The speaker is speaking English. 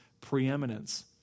preeminence